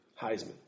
Heisman